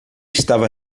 estava